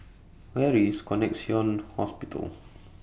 Where IS Connexion Hospital